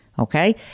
Okay